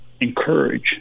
encourage